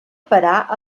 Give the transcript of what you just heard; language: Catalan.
parar